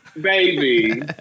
Baby